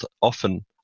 often